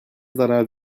zarar